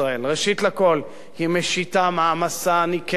ראשית לכול היא משיתה מעמסה ניכרת,